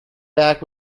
back